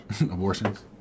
Abortions